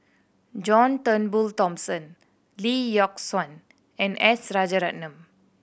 John Turnbull Thomson Lee Yock Suan and S Rajaratnam